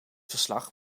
verslag